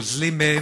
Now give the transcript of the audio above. גוזלים מהם,